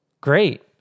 Great